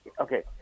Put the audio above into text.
okay